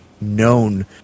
known